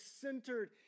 centered